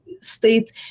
state